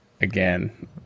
again